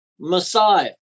messiah